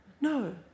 no